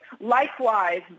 Likewise